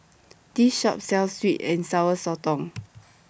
This Shop sells Sweet and Sour Sotong